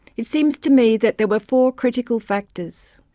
it seems to me that there were four critical factors